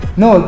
no